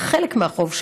על חלק מהחוב,